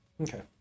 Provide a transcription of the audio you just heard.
Okay